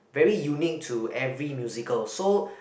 very unique to every musical so